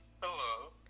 hello